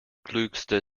klügste